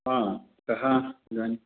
आ कः इदानीं